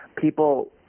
people